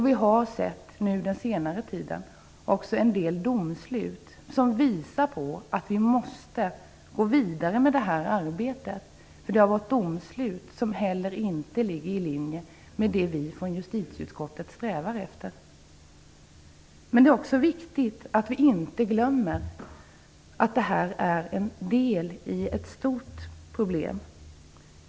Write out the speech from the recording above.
Vi har under senare tid också sett en del domslut som visar att vi måste gå vidare med detta arbete, för det har varit domslut som inte ligger i linje med det som vi i justitieutskottet strävar efter. Vi får inte glömma att det här är en del i ett stort problem.